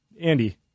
Andy